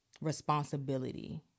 responsibility